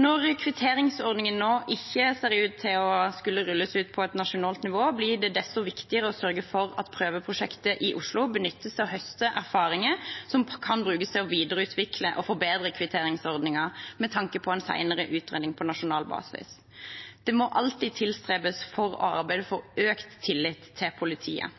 Når kvitteringsordningen nå ikke ser ut til å skulle rulles ut på nasjonalt nivå, blir det desto viktigere å sørge for at prøveprosjektet i Oslo benyttes til å høste erfaringer som kan brukes til å videreutvikle og forbedre kvitteringsordningen med tanke på en senere utrulling på nasjonal basis. Det må alltid tilstrebes å arbeide for økt tillit til politiet.